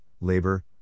labor